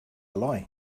lie